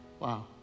Wow